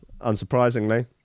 unsurprisingly